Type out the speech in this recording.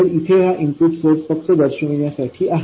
तर इथे हा इनपुट सोर्स फक्त दर्शविण्यासाठी आहे